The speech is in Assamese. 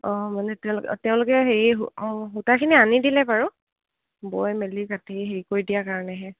অঁ মানে তেওঁ তেওঁলোকে হেৰি অঁ সূতাখিনি আনি দিলে বাৰু বৈ মেলি কাটি হেৰি কৰি দিয়াৰ কাৰণেহে